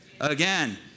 again